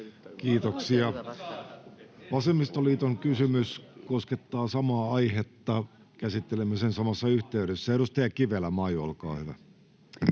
Content: Vasemmistoliiton kysymys koskettaa samaa aihetta. Käsittelemme sen samassa yhteydessä. — Edustaja Kivelä, Mai, olkaa hyvä.